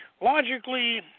Logically